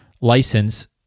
license